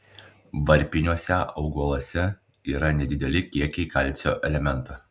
varpiniuose augaluose yra nedideli kiekiai kalcio elemento